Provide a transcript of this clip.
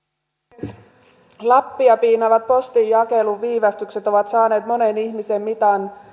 arvoisa puhemies lappia piinaavat postinjakelun viivästykset ovat saaneet monen ihmisen mitan